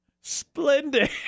Splendid